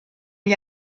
gli